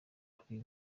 kuri